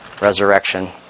resurrection